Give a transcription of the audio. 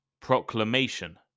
Proclamation